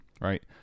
Right